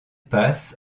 passe